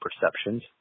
perceptions